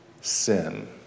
sin